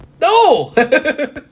No